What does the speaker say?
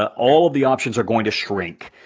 ah all of the options are going to shrink.